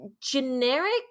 generic